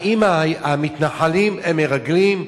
האם המתנחלים הם מרגלים?